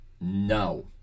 no